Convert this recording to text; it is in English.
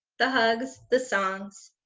the hugs, the songs,